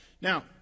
Now